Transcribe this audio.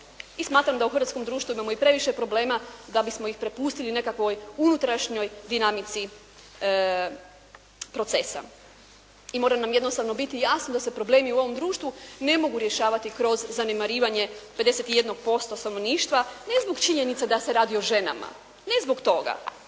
i smatram da u hrvatskom društvu imamo i previše problema da bismo ih prepustili nekakvoj unutrašnjoj dinamici procesa. I mora nam jednostavno biti jasno da se problemi u ovom društvu ne mogu rješavati kroz zanemarivanje 51% stanovništva ne zbog činjenice da se radi o ženama, ne zbog toga,